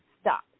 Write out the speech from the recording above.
stop